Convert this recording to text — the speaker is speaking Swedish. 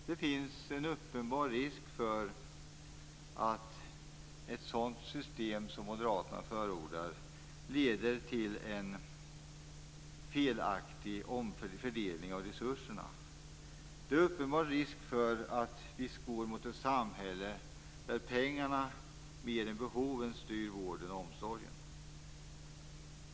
Det finns en uppenbar risk för att ett sådant system som det som Moderaterna förordar leder till en felaktig fördelning av resurserna. Det finns en uppenbar risk för att vi går mot ett samhälle där pengarna mer än behoven styr vården och omsorgen.